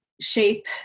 shape